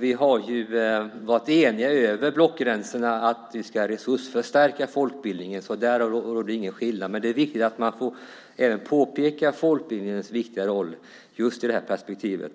Vi har varit eniga över blockgränserna om att vi ska resursförstärka folkbildningen. Där är det ingen skillnad, men det är viktigt att påpeka folkbildningens viktiga roll i det här perspektivet.